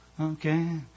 okay